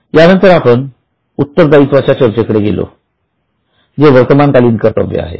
त्यानंतर आपण उत्तरदायित्वाच्या चर्चे कडे गेलो जे वर्तमानकालीन कर्तव्य आहे